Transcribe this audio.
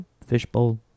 Fishbowl